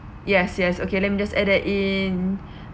yes yes okay let me just add that in